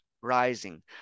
Rising